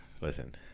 listen